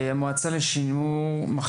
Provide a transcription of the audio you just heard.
המועצה לשימור אתרי מורשת,